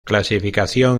clasificación